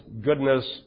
goodness